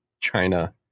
China